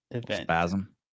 spasm